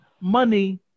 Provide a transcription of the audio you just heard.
money